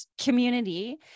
community